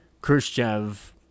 Khrushchev